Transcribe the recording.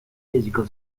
musical